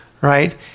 right